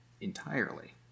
entirely